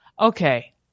Okay